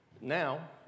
Now